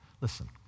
Listen